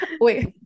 Wait